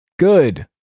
Good